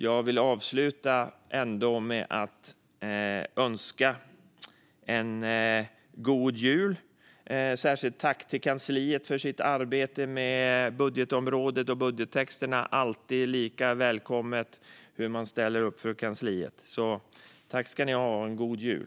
Jag vill avsluta med att önska en god jul. Jag vill rikta ett särskilt tack till kansliet för deras arbete med budgetområdet och budgettexterna. Kansliets sätt att ställa upp är alltid lika välkommet. Tack ska ni ha, och god jul!